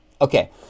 okay